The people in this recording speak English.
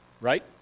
right